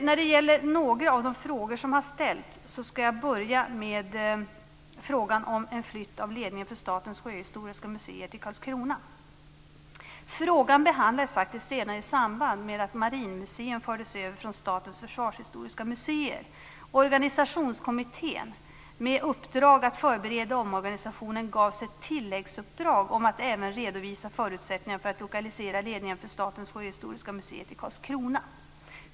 Jag ska besvara några av de frågor som har ställts och börja med frågan om en flytt av ledningen för Statens sjöhistoriska museer till Karlskrona. Frågan behandlades faktiskt redan i samband med att Marinmuseum fördes över från Statens försvarshistoriska museer. Organisationskommittén med uppdrag att förbereda omorganisationen gavs ett tilläggsuppdrag om att även redovisa förutsättningarna för att lokalisera ledningen för Statens sjöhistoriska museer till Karlskrona.